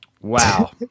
Wow